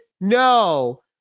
No